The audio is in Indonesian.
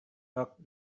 rok